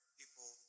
people